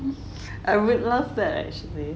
I would love that actually